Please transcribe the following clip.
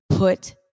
Put